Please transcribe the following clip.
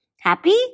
Happy